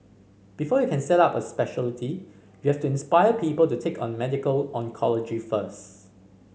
before you can set up a speciality you have to inspire people to take on medical oncology first